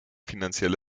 finanzielle